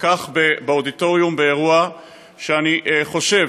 וכך באודיטוריום באירוע שאני חושב,